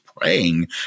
praying